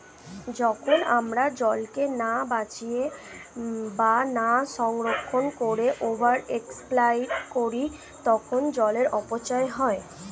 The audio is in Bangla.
যখন আমরা জলকে না বাঁচিয়ে বা না সংরক্ষণ করে ওভার এক্সপ্লইট করি তখন জলের অপচয় হয়